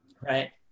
right